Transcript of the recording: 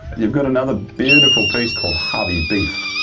you've got another beautiful piece called harvey beef.